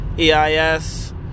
EIS